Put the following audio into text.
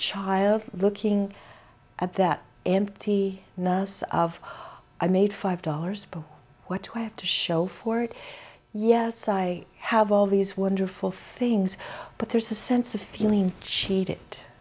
child looking at that empty nuss of i made five dollars but what do i have to show for it yes i have all these wonderful things but there's a sense of feeling cheated